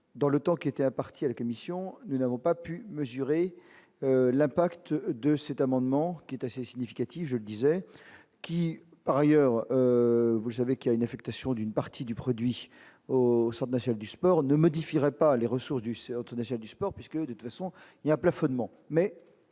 dans le temps qui était imparti à la commission, nous n'avons pas pu mesurer l'impact de cet amendement, qui est assez significatif, je disais qui, par ailleurs, vous savez qu'il y a une affectation d'une partie du produit au sommet, celle du sport ne modifierait pas les ressources du certes déjà du sport puisque de façon il y a plafonnement mais